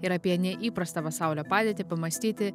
ir apie neįprastą pasaulio padėtį pamąstyti